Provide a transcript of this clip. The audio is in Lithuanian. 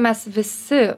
mes visi